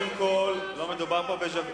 קודם היית מוכן לתת את כל הזמן לחברת הכנסת יחימוביץ.